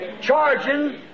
Charging